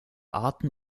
arten